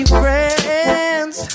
friends